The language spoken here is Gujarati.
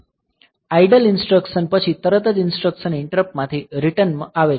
આઇડલ ઇન્સ્ટ્રક્સન પછી તરત જ ઇન્સ્ટ્રક્સન ઈંટરપ્ટ માંથી રીટર્ન આવે છે